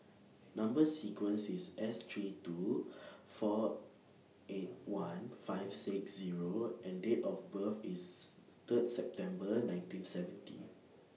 Number sequence IS S three two four eight one five six Zero and Date of birth IS Third September nineteen seventy